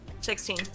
Sixteen